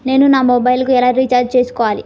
నేను నా మొబైల్కు ఎలా రీఛార్జ్ చేసుకోవాలి?